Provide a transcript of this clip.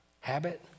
Habit